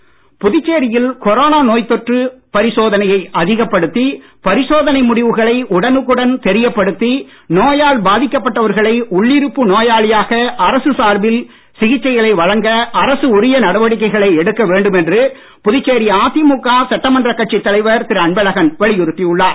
அன்பழகன் புதுச்சேரியில் கொரோனா நோய்த் தொற்று பரிசோதனையை அதிகப்படுத்தி பரிசோதனை முடிவுகளை உடனுக்குடன் தெரியப்படுத்தி நோயால் பாதிக்கப்பட்டவர்களை உள்ளிருப்பு நோயாளியாக அரசு சார்பில் சிகிச்சைகளை வழங்க அரசு உரிய நடவடிக்கைகளை எடுக்க வேண்டும் என்று புதுச்சேரி அதிமுக சட்டமன்ற கட்சித் தலைவர் திரு அன்பழகன் வலியுறுத்தியுள்ளார்